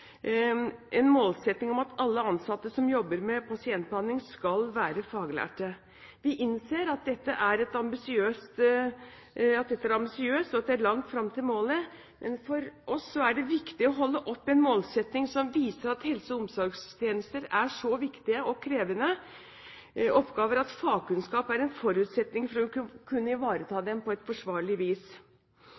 en målsetting om at alle ansatte som jobber med pasientbehandling, skal være faglærte. Vi innser at dette er ambisiøst, og at det er langt fram til målet. Men for oss er det viktig å holde oppe en målsetting som viser at helse- og omsorgstjenester er så viktige og krevende oppgaver at fagkunnskap er en forutsetning for å kunne ivareta dem på et forsvarlig vis.